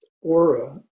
aura